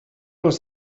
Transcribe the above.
was